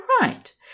right